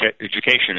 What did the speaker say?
Education